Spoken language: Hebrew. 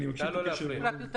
תודה רבה.